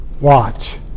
watch